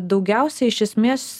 daugiausia iš esmės